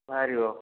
ବାହାରିବ